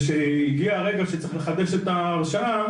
כאשר הגיע הרגע שצריך לחדש את ההשראה,